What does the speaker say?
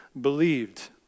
believed